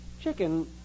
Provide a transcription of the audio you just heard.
Chicken